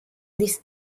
this